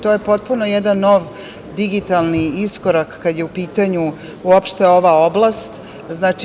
To je potpuno jedan novi digitalni iskorak kada je u pitanju uopšte ova oblasti.